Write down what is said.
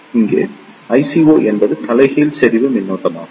எங்கே ICO என்பது தலைகீழ் செறிவு மின்னோட்டமாகும்